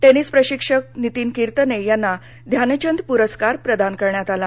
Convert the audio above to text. tennis प्रशिक्षक नितीन किर्तने यांना ध्यानचंद पुरस्कार प्रदान करण्यात आला